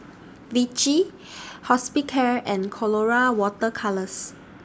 Vichy Hospicare and Colora Water Colours